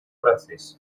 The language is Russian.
процессе